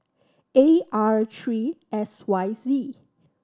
A R Three S Y Z